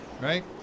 Right